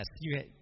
Yes